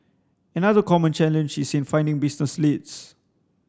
another common challenge is in finding business leads